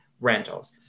rentals